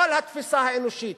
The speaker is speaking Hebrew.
כל התפיסה האנושית